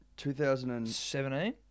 2017